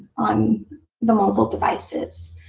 on the mobile devices.